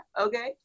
Okay